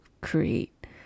create